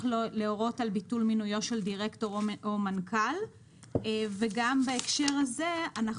להורות על ביטול מינויו של דירקטור או מנהל כללי וגם בהקשר הזה אנחנו